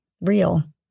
Real